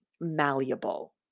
malleable